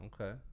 Okay